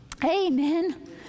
Amen